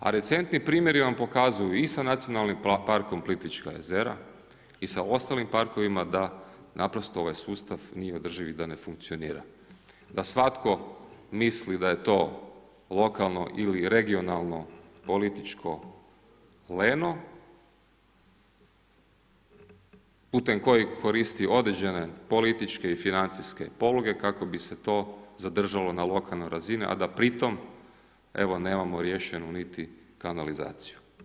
A recentni primjeri vam pokazuju i sa Nacionalnim parkom Plitvička jezera i sa ostalim parkovima da naprosto ovaj sustav nije održiv i da ne funkcionira, da svatko misli da je to lokalno ili regionalno političko leno putem kojeg koristi određene političke i financijske poluge kako bi se to zadržalo na lokalnoj razini, da da pri tom evo nemamo riješenu niti kanalizaciju.